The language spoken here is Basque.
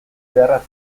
beharra